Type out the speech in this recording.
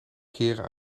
keren